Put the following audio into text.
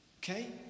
okay